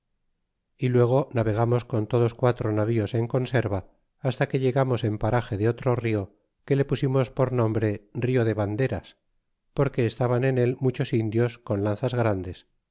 e luego navegamos con todos quatro navíos en conserva hasta que llegamos en parage de otro rio que le pusimos por nombre rio de vanderas porque estaban en él muchos indios con lanzas grandes